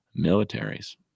militaries